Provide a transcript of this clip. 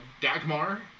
Dagmar